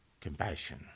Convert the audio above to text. Compassion